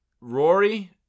Rory